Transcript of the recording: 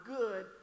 good